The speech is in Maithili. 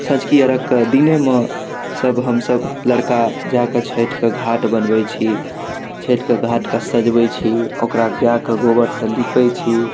सँझुकी अरघके दिनेमे सभ हमसभ लड़का जाकऽ छठिके घाट बनबै छी छठिके घाटके सजबै छी ओकरा गाइके गोबरसँ निपै छी